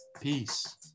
Peace